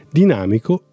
dinamico